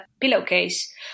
pillowcase